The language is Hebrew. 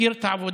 מכיר את העבודה,